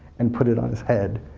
and put it on his head,